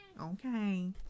Okay